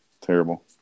terrible